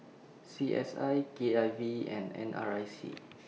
C S I K I V and N R I C